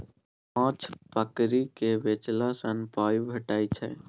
माछ पकरि केँ बेचला सँ पाइ भेटै छै